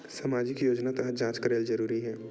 सामजिक योजना तहत जांच करेला जरूरी हे